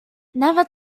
never